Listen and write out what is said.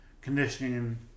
conditioning